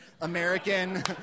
American